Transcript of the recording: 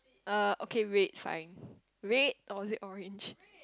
uh okay red fine red or is it orange